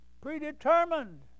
predetermined